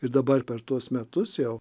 ir dabar per tuos metus jau